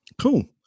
Cool